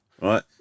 right